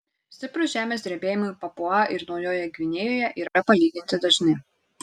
stiprūs žemės drebėjimai papua ir naujojoje gvinėjoje yra palyginti dažni